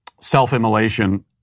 self-immolation